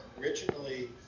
originally